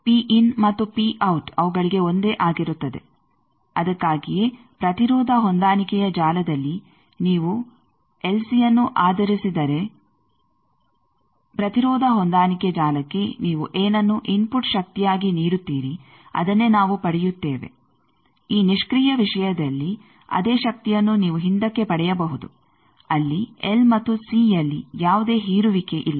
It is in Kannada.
ಆದ್ದರಿಂದ ಮತ್ತು ಅವುಗಳಿಗೆ ಒಂದೇ ಆಗಿರುತ್ತದೆ ಅದಕ್ಕಾಗಿಯೇ ಪ್ರತಿರೋಧ ಹೊಂದಾಣಿಕೆಯ ಜಾಲದಲ್ಲಿ ನೀವು ಎಲ್ಸಿಯನ್ನು ಆಧರಿಸಿದರೆ ಪ್ರತಿರೋಧ ಹೊಂದಾಣಿಕೆ ಜಾಲಕ್ಕೆ ನೀವು ಏನನ್ನು ಇನ್ಫುಟ್ ಶಕ್ತಿಯಾಗಿ ನೀಡುತ್ತೀರಿ ಅದನ್ನೇ ನಾವು ಪಡೆಯುತ್ತೇವೆ ಈ ನಿಷ್ಕ್ರಿಯ ವಿಷಯದಲ್ಲಿ ಅದೇ ಶಕ್ತಿಯನ್ನು ನೀವು ಹಿಂದಕ್ಕೆ ಪಡೆಯಬಹುದು ಅಲ್ಲಿ ಎಲ್ ಮತ್ತು ಸಿಯಲ್ಲಿ ಯಾವುದೇ ಹೀರುವಿಕೆ ಇಲ್ಲ